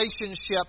relationship